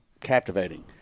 captivating